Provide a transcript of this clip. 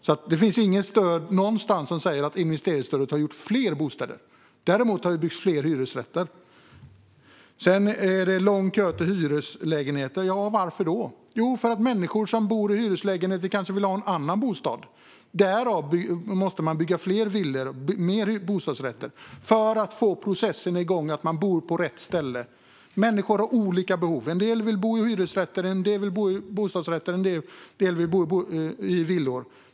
Det finns alltså inget stöd någonstans för att investeringsstödet har gett fler bostäder. Däremot har det byggts fler hyresrätter. Det är lång kö till hyreslägenheter. Ja, varför då? Jo, för att människor som bor i hyreslägenheter kanske vill ha en annan bostad. Därför måste man bygga fler villor och bostadsrätter, för att få igång processen att människor ska bo på rätt ställe. Människor har olika behov: En del vill bo i hyresrätter, en del vill bo i bostadsrätter och en del vill bo i villor.